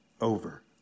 over